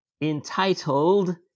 entitled